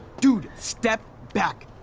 dude, step back.